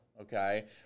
okay